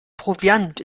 proviant